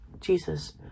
Jesus